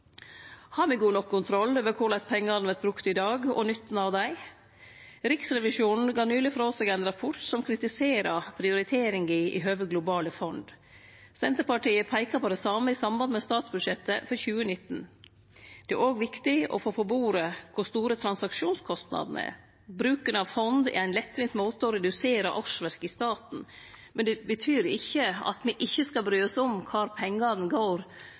Har me god nok kontroll over korleis pengane vert brukte i dag, og nytten av dei? Riksrevisjonen gav nyleg frå seg ein rapport som kritiserer prioriteringa i høve globale fond. Senterpartiet peika på det same i samband med statsbudsjettet for 2019. Det er òg viktig å få på bordet kor store transaksjonskostnadene er. Bruken av fond er ein lettvint måte å redusere årsverk i staten, men det betyr ikkje at me ikkje skal bry oss om kva pengane går